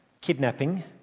kidnapping